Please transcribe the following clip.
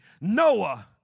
Noah